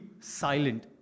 silent